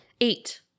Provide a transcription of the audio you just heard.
Eight